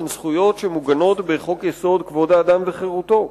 כל הזכויות האלה הן זכויות שמוגנות בחוק-יסוד: כבוד האדם וחירותו.